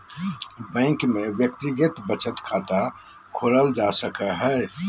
bank में व्यक्तिगत बचत खाता खोलल जा सको हइ